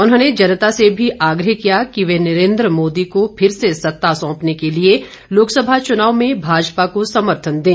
उन्होंने जनता से भी आग्रह किया कि वह नरेन्द्र मोदी को फिर से सत्ता सौंपने के लिए लोकसभा चुनाव में भाजपा को समर्थन दें